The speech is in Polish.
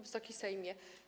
Wysoki Sejmie!